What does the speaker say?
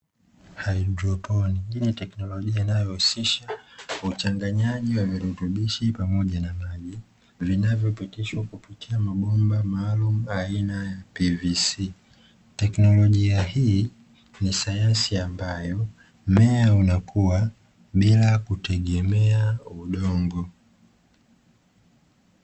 Haidroponi, hii ni teknolojia inayohusisha uchanganyaji wa virutubishi pamoja na maji, vinavyopitishwa kupitia mabomba maalumu aina ya PVC. Teknolojia hii ni sayansi ambayo mmea unakua bila kutegemea udongo.